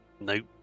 Nope